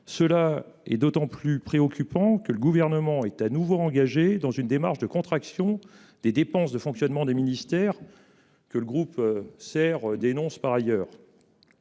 Cela est d'autant plus préoccupant que le gouvernement est à nouveau engagée dans une démarche de contraction des dépenses de fonctionnement des ministères. Que le groupe sert dénonce par ailleurs.